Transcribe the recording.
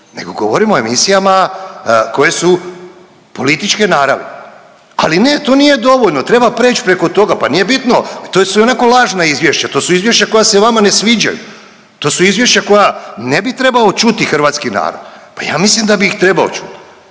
nego govorimo o emisijama koje su političke naravi. Ali ne, to nije dovoljno, treba preć preko toga, pa nije bitno i to su ionako lažna izvješća, to su izvješća koja se vama ne sviđaju, to su izvješća koja ne bi trebao čuti hrvatski narod. Pa ja mislim da bi ih trebao čuti.